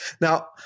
Now